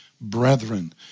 brethren